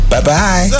Bye-bye